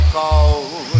cold